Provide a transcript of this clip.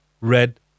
Red